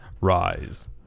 Rise